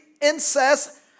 incest